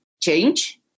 change